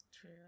True